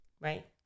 right